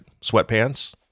sweatpants